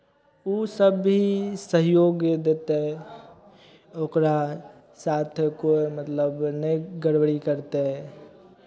ओसभ भी सहयोग देतै ओकरा साथ कोइ मतलब नहि गड़बड़ी करतै